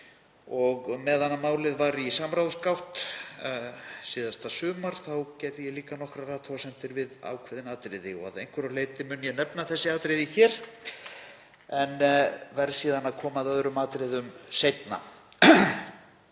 Á meðan málið var í samráðsgátt síðasta sumar gerði ég líka nokkrar athugasemdir við ákveðin atriði og að einhverju leyti mun ég nefna þau atriði hér en verð að koma að öðrum atriðum seinna.